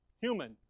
Human